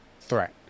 threat